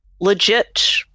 legit